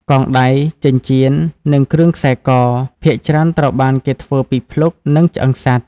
កងដៃ ចិញ្ចៀន និងគ្រឿងខ្សែក ភាគច្រើនត្រូវបានគេធ្វើពីភ្លុក និងឆ្អឹងសត្វ។